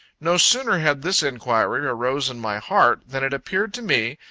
no sooner had this inquiry arose in my heart, than it appeared to me,